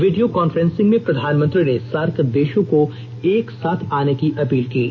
video conferencing में प्रधानमंत्री ने सार्क देषों को एक साथ आने की अपील की है